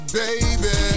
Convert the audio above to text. baby